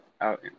out